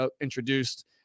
introduced